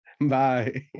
Bye